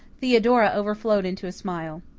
theodora overflowed into a smile.